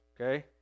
okay